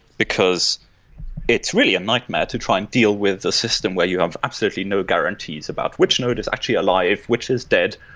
because it's really a nightmare to try and deal with the system where you have absolutely no guarantees about which node is actually alive, which is dead,